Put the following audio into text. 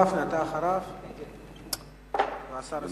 חבר הכנסת גפני, אתה אחריו, והשר יסכם.